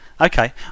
Okay